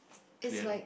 clearly